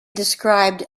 described